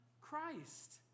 Christ